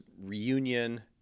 reunion